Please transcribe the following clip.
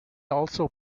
also